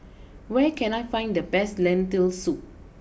where can I find the best Lentil Soup